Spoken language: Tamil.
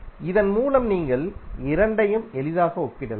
இதன் மூலம் நீங்கள் இரண்டையும் எளிதாக ஒப்பிடலாம்